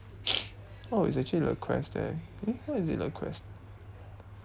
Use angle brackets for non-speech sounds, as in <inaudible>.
<noise> oh it's actually le quest there eh why is it le quest